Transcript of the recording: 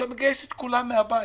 כשאתה מגייס את כולם מן הבית.